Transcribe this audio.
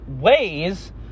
ways